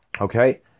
okay